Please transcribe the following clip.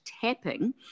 tapping